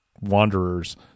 wanderers